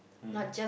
mm